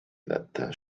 that